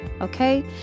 Okay